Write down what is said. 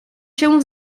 się